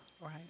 Right